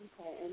Okay